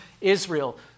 Israel